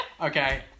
Okay